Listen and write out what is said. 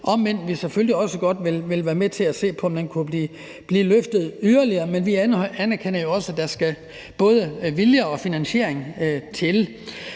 om end vi selvfølgelig også godt vil være med til at se på, om det kunne blive løftet yderligere. Men vi anerkender jo også, at der skal både vilje og finansiering til.